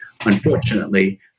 Unfortunately